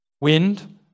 Wind